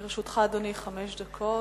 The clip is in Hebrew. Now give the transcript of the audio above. לרשותך, אדוני, חמש דקות.